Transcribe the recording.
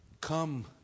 Come